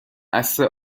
عصر